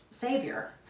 savior